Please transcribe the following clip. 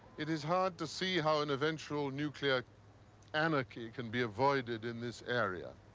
it is hard to see how an eventual nuclear anarchy can be avoided in this area.